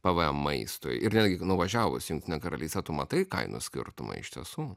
pvm maistui ir netgi nuvažiavus į jungtinę karalystę tu matai kainų skirtumą iš tiesų